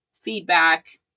feedback